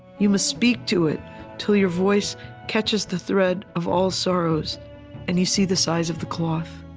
you must speak to it till your voice catches the thread of all sorrows and you see the size of the cloth.